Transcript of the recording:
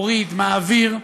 מוריד, מעביר,